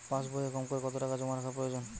পাশবইয়ে কমকরে কত টাকা জমা রাখা প্রয়োজন?